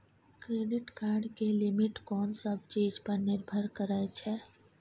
Credit card के limit कोन सब चीज पर निर्भर करै छै?